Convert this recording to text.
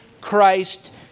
Christ